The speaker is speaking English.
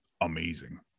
amazing